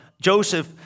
Joseph